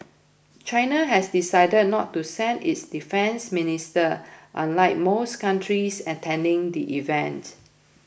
China has decided not to send its defence minister unlike most countries attending the event